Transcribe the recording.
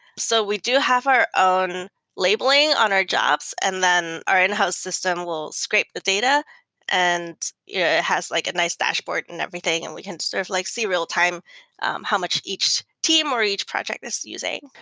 so we do have our own labeling on our jobs. and then our in-house system will scrape the data and yeah it has like a nice dashboard and everything and we can sort of like see real-time how much each team or each project is using.